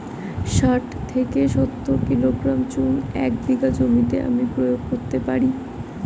শাঠ থেকে সত্তর কিলোগ্রাম চুন এক বিঘা জমিতে আমি প্রয়োগ করতে পারি?